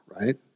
right